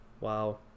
wow